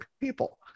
people